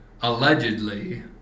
allegedly